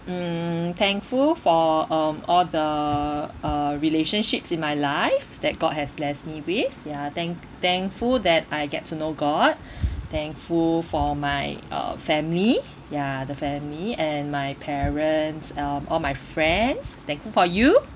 mm thankful for um all the uh relationships in my life that god has blessed me with ya thank thankful that I get to know god thankful for my uh family ya the family and my parents um all my friends thankful for you